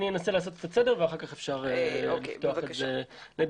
אני אנסה לעשות קצת סדר ואחר כך אפשר לפתוח את זה לדיון.